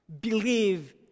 believe